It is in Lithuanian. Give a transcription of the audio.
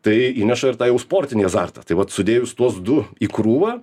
tai įneša ir tą jau sportinį azartą tai vat sudėjus tuos du į krūvą